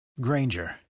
Granger